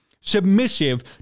submissive